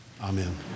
Amen